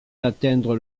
d’atteindre